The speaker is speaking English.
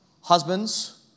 husbands